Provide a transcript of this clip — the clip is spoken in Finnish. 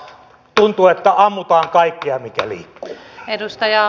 tuntuu että ammutaan kaikkea mikä liikkuu